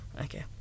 Okay